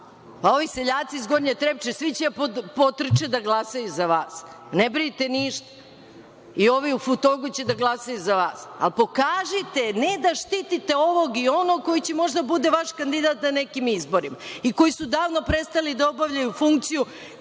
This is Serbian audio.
A ovi seljaci iz Gornje Trepče svi će da potrče da glasaju za vas. Ne brinite ništa, i ovi u Futogu će da glasaju za vas. Ali pokažite, ne da štitite ovog i onog koji će možda da bude vaš kandidat na nekim izborima, i koji su davno prestali da obavljaju funkciju